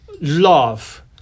love